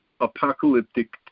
apocalyptic